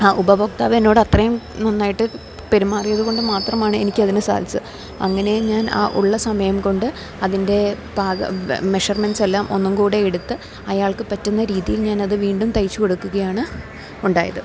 ആ ഉപഭോക്താവെന്നോട് അത്രയും നന്നായിട്ട് പെരുമാറിയതുകൊണ്ട് മാത്രമാണ് എനിക്കതിന് സാധിച്ചത് അങ്ങനെ ഞാൻ ആ ഉള്ള സമയം കൊണ്ട് അതിൻ്റെ പാകം മെഷർമെൻ്റ്സെല്ലാം ഒന്നുകൂടി എടുത്തു അയാൾക്ക് പറ്റുന്ന രീതിയിൽ ഞാനത് വീണ്ടും തയ്ച്ച് കൊടുക്കുകയാണ് ഉണ്ടായത്